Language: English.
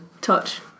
touch